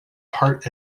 part